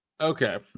Okay